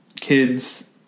kids